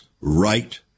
right